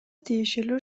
тиешелүү